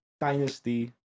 dynasty